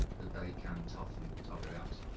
that they can tough and tough it out,